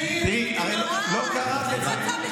זה לשלטון הדת?